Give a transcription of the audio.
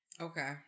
Okay